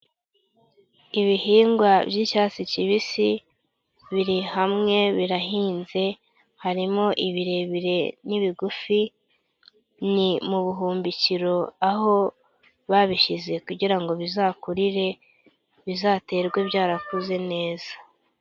Ibihingwa by'icyatsi kibisi biri hamwe birahinze, harimo ibirebire n'ibigufi, ni mu buhumbikiro aho babishyize kugirango bizakurire bizaterwe byarakuze neza.